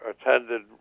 attended